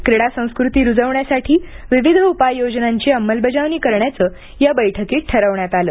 क्रीडा संस्कृती रुजविण्यासाठी विविध उपाययोजनांची अंमलबजावणी करण्याचं या बैठकीत ठरवण्यात आलं